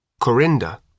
Corinda